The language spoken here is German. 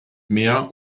mehr